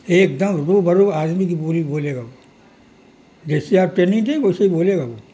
ایک دم روبرو آدمی کی بولی بولے گا وہ جیسی آپ ٹرییننگ دیں گے ویسے ہی بولے گا وہ